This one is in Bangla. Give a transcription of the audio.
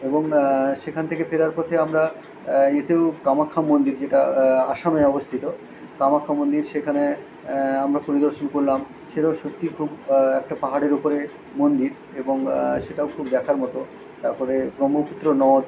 এবং সেখান থেকে ফেরার পথে আমরা এতেও কামাখ্যা মন্দির যেটা আসামে অবস্থিত কামাখ্যা মন্দির সেখানে আমরা পরিদর্শন করলাম সেটাও সত্যি খুব একটা পাহাড়ের ওপরে মন্দির এবং সেটাও খুব দেখার মতো তারপরে ব্রহ্মপুত্র নদ